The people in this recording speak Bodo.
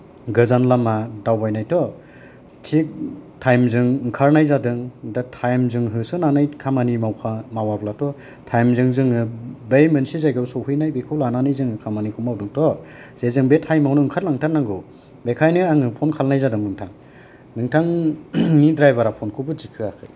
गोजान लामा दावबायनायत' थिग थायमजों ओंखारनाय जादों दा थायमजों होसोनानै खामानि मावखा मावाब्लाथ' थायमजों जोङो बै मोनसे जायगायाव सहैनाय बेखौ लानानै जों खामानिखौ मावदोंथ' जे जों बे थायमावनो ओंखारलांथारनांगौ बेखायनो आङो फन खालायनाय जादों नोंथां नोंथां नि द्रायभारा फनखौबो थिखोआखै